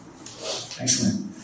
Excellent